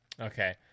Okay